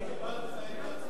אני,